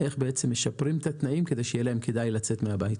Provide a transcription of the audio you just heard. איך משפרים את התנאים כדי שבאמת יהיה להן כדאי לצאת מהבית.